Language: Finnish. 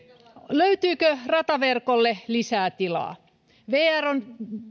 löytyykö rataverkolle lisää tilaa vr on